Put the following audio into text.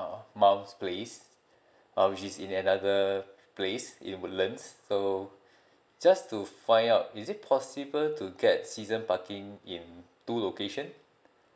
uh mum's place uh which is in another place in woodlands so just to find out is it possible to get season parking in two location